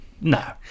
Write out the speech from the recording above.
No